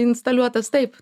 instaliuotas taip